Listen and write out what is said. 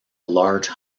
large